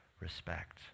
respect